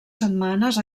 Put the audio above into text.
setmanes